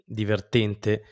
divertente